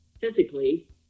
physically